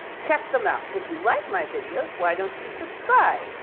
check them out, if you like my videos, why don't you subscribe?